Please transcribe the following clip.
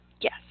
Yes